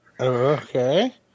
Okay